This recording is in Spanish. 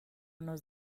nos